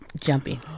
jumping